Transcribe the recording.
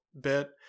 bit